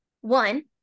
One